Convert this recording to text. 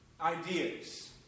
ideas